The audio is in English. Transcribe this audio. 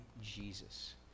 Jesus